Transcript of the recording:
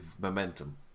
momentum